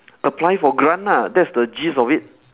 apply for grant ah that's the gist of it